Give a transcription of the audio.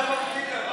לא הבנתי.